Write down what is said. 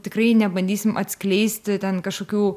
tikrai nebandysim atskleisti ten kažkokių